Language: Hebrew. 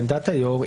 בעמדת היושב-ראש,